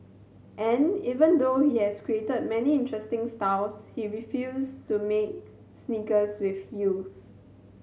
and even though he has created many interesting styles he refuse to make sneakers with heels